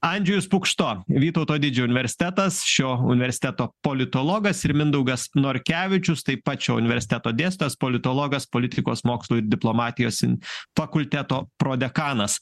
andžejus pukšto vytauto didžiojo universitetas šio universiteto politologas ir mindaugas norkevičius taip pat šio universiteto dėstytojas politologas politikos mokslų ir diplomatijos in fakulteto prodekanas